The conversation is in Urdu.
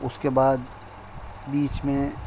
اس کے بعد بیچ میں